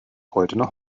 goldene